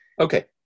Okay